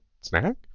snack